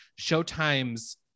showtime's